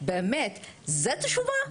זאת תשובה?